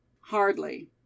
Hardly